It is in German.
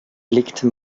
blickte